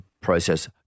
process